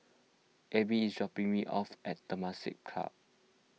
Abe is dropping me off at Temasek Club